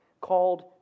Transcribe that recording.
called